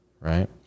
right